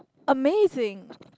amazing